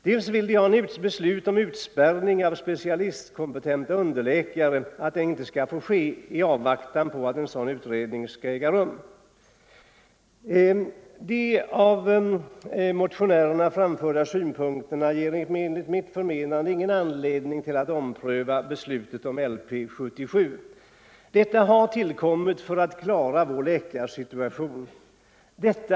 De vill också ha beslut om att utspärrning av specialistkompetenta underläkare inte skall få ske i avvaktan på en sådan utredning. De av motionärerna framförda synpunkterna ger enligt mitt förmenande ingen anledning till att ompröva beslutet om LP 77. Detta har tillkommit för att klara vår läkarsituation.